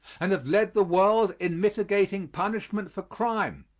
and have led the world in mitigating punishment for crime,